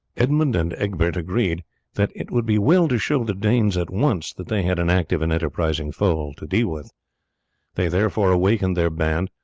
edmund and egbert agreed that it would be well to show the danes at once that they had an active and enterprising foe to deal with they therefore awakened their band,